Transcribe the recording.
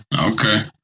Okay